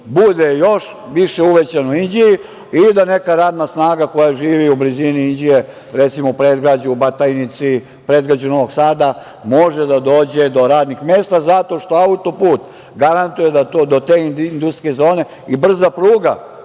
bude još više uvećan u Inđiji i da neka radna snaga koja živi u blizini Inđije, recimo u predgrađu u Batajnici, predgrađu Novog Sada može da dođe do radnih mesta zato što autoput garantuje da do te industrijske zone i brza pruga